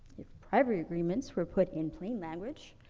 if privacy agreements were put in plain language,